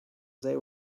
they